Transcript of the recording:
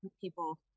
people